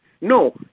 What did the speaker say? No